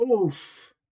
Oof